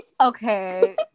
Okay